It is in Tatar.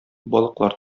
балыклар